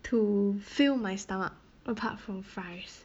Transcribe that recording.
to fill my stomach apart from fries